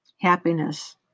happiness